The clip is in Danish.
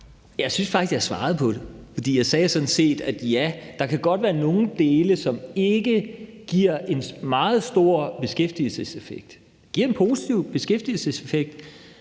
Jeg synes faktisk, jeg svarede på det, for jeg sagde sådan set, at ja, der kan godt være nogle dele, der ikke giver en meget stor beskæftigelseseffekt. Det giver en positiv beskæftigelseseffekt,